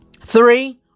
Three